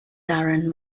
darren